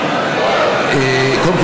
קודם כול,